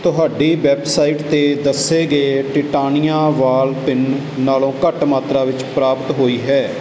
ਤੁਹਾਡੀ ਵੈੱਬਸਾਈਟ 'ਤੇ ਦੱਸੇ ਗਏ ਟਿਟਾਨੀਆ ਵਾਲ ਪਿੰਨ ਨਾਲੋਂ ਘੱਟ ਮਾਤਰਾ ਵਿੱਚ ਪ੍ਰਾਪਤ ਹੋਈ ਹੈ